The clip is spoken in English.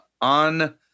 on